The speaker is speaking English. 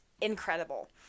incredible